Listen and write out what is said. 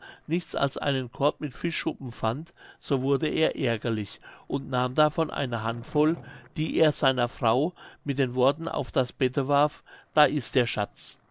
nichts als einen korb mit fischschuppen fand so wurde er ärgerlich und nahm davon eine handvoll die er seiner frau mit den worten auf das bette warf da ist der schatz